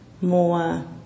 more